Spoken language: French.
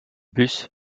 bus